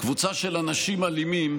קבוצה של אנשים אלימים